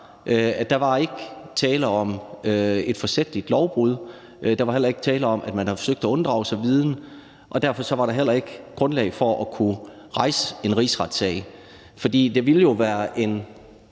at der ikke var tale om et forsætligt lovbrud, og der var heller ikke tale om, at man forsøgte at unddrage sig viden, og derfor var der heller ikke grundlag for at rejse en rigsretssag. For det ville jo være en